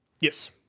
Yes